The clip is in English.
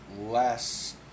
less